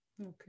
Okay